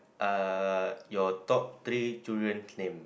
are your top three children's name